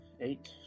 Eight